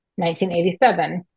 1987